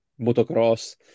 motocross